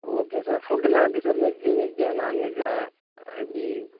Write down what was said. okay sir ஃபுட்டுலாம் எப்படி sir வெஜ்ஜி வெஜ்ஜா நான்வெஜ்ஜா எப்படி